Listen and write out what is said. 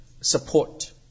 Support